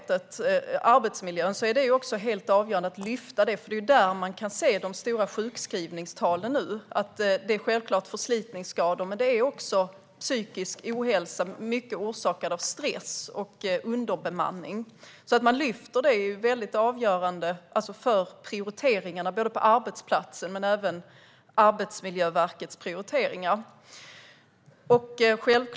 Det är avgörande att lyfta också den psykosociala arbetsmiljön, för det är där man nu kan se de stora sjukskrivningstalen. En del gäller självklart förslitningsskador, men det är också psykisk ohälsa som i mycket orsakas av stress och underbemanning. Att man lyfter fram detta är avgörande för prioriteringarna på arbetsplatsen och för Arbetsmiljöverkets prioriteringar.